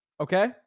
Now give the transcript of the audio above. Okay